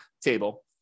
table